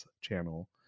channel